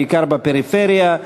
בעיקר בפריפריה,